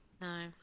No